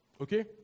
Okay